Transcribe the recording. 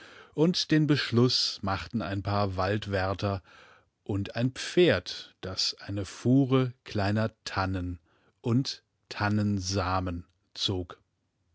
und den beschluß machten ein paar waldwärter und ein pferd das eine fuhre kleiner tannen und tannensamen zog